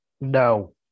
No